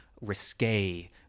risque